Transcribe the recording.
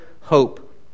hope